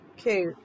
Okay